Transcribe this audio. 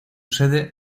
sede